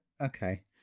okay